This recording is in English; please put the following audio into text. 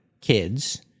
kids